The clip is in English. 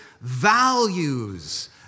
values